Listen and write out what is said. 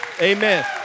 Amen